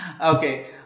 Okay